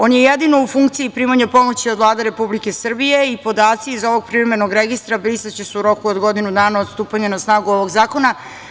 On je jedino u funkciji primanja pomoći od Vlade Republike Srbije i podaci iz ovog privremenog registra brisaće se u roku od godinu dana od stupanja na snagu ovog zakona.